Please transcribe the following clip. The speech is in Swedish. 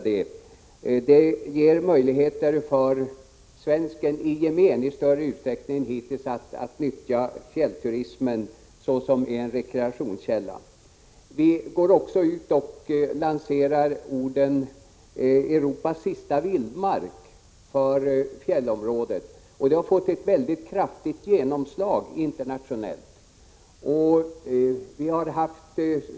Det skulle ge möjligheter för svensken i gemen att i större utsträckning än hittills nyttja fjällvärlden som en rekreationskälla. Vi går även ut med orden ”Europas sista vildmark” för att lansera fjällområdet. Denna lansering har fått ett mycket kraftigt genomslag internationellt.